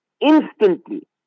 Instantly